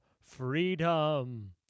Freedom